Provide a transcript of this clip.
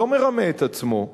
לא מרמה את עצמו,